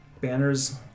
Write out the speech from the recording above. banners